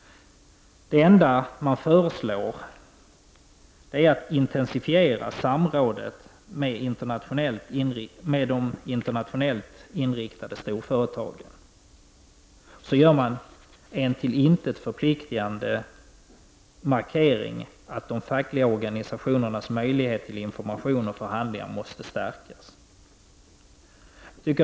Det enda man föreslår är att samrådet med de internationellt inriktade storföretagen intensifieras. Sedan gör man en till intet förpliktigande markering av att de fackliga organisationernas möjligheter till information och förhandlingar måste stärkas.